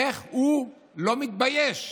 איך הוא לא מתבייש?